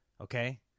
okay